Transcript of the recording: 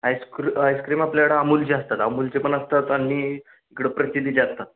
आइस्क्री ice cream आपल्याकडं अमूलचे असतात अमूलचे पण असतात आणि इकडं प्रसिद्धीचे असतात